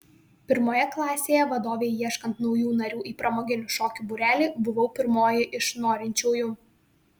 pirmoje klasėje vadovei ieškant naujų narių į pramoginių šokių būrelį buvau pirmoji iš norinčiųjų